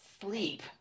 sleep